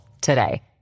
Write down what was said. today